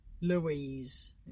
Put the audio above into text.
Louise